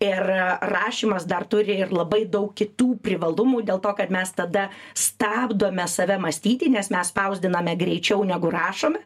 ir rašymas dar turi ir labai daug kitų privalumų dėl to kad mes tada stabdome save mąstyti nes mes spausdiname greičiau negu rašome